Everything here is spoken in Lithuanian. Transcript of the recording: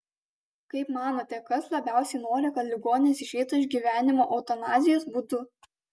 kaip manote kas labiausiai nori kad ligonis išeitų iš gyvenimo eutanazijos būdu